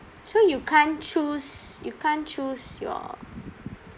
so you can't choose you can't choose your